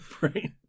Right